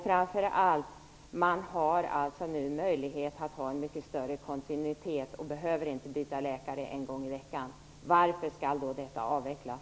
Framför allt har man nu möjlighet att få en mycket större kontinuitet och behöver inte byta läkare en gång i veckan. Varför skall då detta avvecklas?